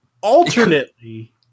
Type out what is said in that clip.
alternately